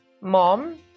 mom